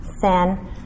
Sin